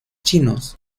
chinos